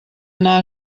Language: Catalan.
anar